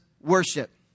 worship